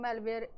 malware